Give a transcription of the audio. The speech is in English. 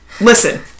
listen